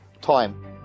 time